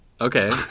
Okay